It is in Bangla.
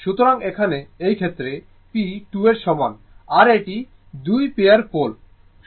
সুতরাং এখানে এই ক্ষেত্রে p 2 এর সমান আর এটি দুই পেয়ার পোল